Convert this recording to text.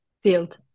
field